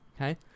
Okay